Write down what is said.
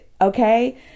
Okay